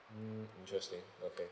um interesting okay